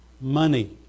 money